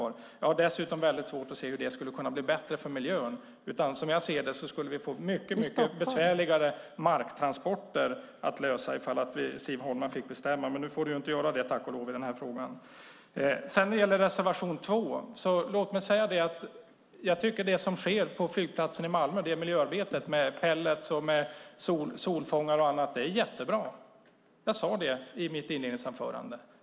Jag har dessutom svårt att se hur det skulle kunna bli bättre för miljön. Som jag ser det skulle vi få mycket besvärligare marktransporter att lösa om Siv Holma fick bestämma. Nu får hon tack och lov inte göra det i denna fråga. När det gäller reservation 2 är miljöarbetet med pelletar, solfångare och annat som sker på flygplatsen i Malmö jättebra, vilket jag sade i mitt inledningsanförande.